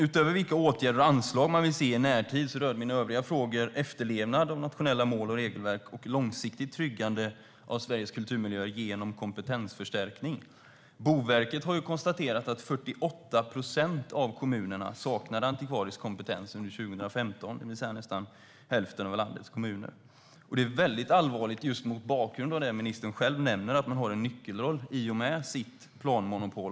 Utöver vilka åtgärder och anslag man vill se i närtid rör mina övriga frågor efterlevnad av nationella mål och regelverk och långsiktigt tryggande av Sveriges kulturmiljöer genom kompetensförstärkning. Boverket har konstaterat att 48 procent av kommunerna saknade antikvarisk kompetens under 2015, det vill säga nästan hälften av landets kommuner. Det är väldigt allvarligt just mot bakgrund av det ministern själv nämner att de har en nyckelroll i och med sitt planmonopol.